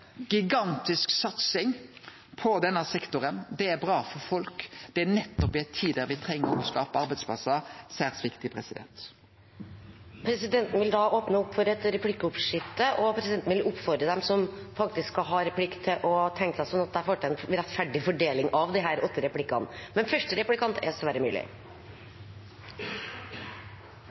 gigantisk satsing på denne sektoren. Det er bra for folk. Nettopp i ei tid da me treng å skape arbeidsplassar, er det særs viktig. Presidenten vil åpne for et replikkordskifte. Presidenten vil oppfordre de som skal ha replikk, til å tegne seg, sånn at vi får til en rettferdig fordeling av de åtte replikkene. Første replikant er Sverre Myrli.